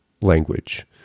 language